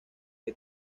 que